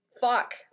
fuck